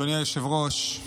אדוני היושב-ראש,